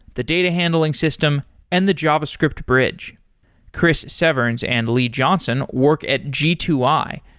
the data handling system and the javascript bridge chris severns and lee johnson work at g two i,